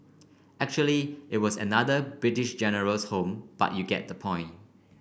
actually it was another British General's home but you get the point